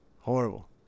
Horrible